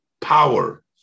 power